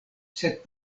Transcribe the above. sed